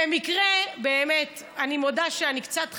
במקרה, באמת, אני מודה שאני קצת חדה,